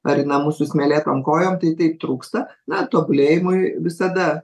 ar į namus su smėlėtom kojom tai taip trūksta na tobulėjimui visada